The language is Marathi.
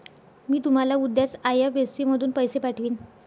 मी तुम्हाला उद्याच आई.एफ.एस.सी मधून पैसे पाठवीन